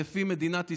ולפי מדינת ישראל,